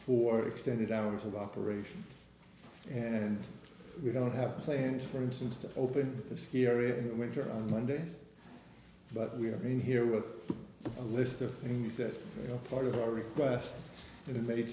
for extended hours of operation and we don't have plans for instance to open a ski area in winter on monday but we are in here with a list of things that are part of our request and it made